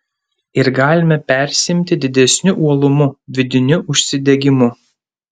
ir galime persiimti didesniu uolumu vidiniu užsidegimu